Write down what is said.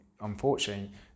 unfortunately